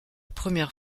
première